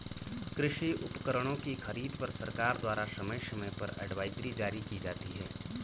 कृषि उपकरणों की खरीद पर सरकार द्वारा समय समय पर एडवाइजरी जारी की जाती है